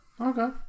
okay